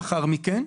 לאחר מכן,